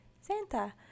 Santa